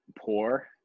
poor